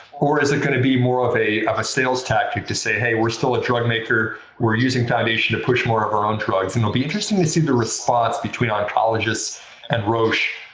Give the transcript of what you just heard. or is it going to be more of a of a sales tactic to say, hey, we're still a drug maker, we're using foundation to push more of our own drugs. it'll be interesting to see the response between oncologists and roche,